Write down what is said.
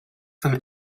from